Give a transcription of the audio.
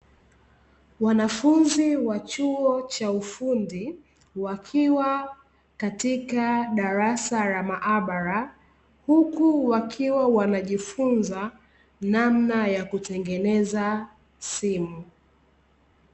Wanafunzi wa chuo cha ufundi wakiwa katika darasa la maabara, huku wakiwa wanajifunza namna ya kutengeneza simu.